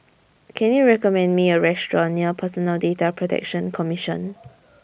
Can YOU recommend Me A Restaurant near Personal Data Protection Commission